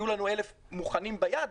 יהיו לנו 1,000 מוכנים ביד,